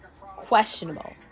questionable